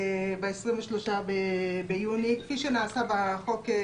ב-23 ביוני 2020, כפי שנעשה בחוק.